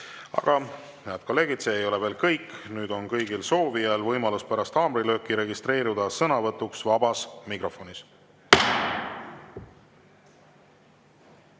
Head kolleegid, see ei ole veel kõik. Nüüd on kõigil soovijail võimalus pärast haamrilööki registreeruda sõnavõtuks vabas mikrofonis.